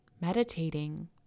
meditating